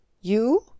You